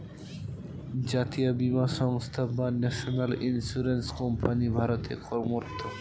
জাতীয় বীমা সংস্থা বা ন্যাশনাল ইন্স্যুরেন্স কোম্পানি ভারতে কর্মরত